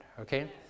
okay